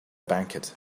banquet